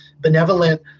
benevolent